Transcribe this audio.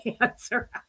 answer